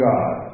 God